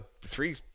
three